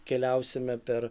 keliausime per